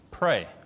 Pray